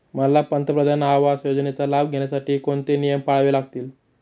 मला पंतप्रधान आवास योजनेचा लाभ घेण्यासाठी कोणते नियम पाळावे लागतील?